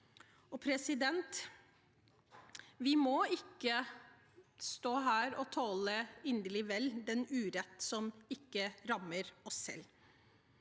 allierte. Vi må ikke stå her og tåle så inderlig vel den urett som ikke rammer oss selv.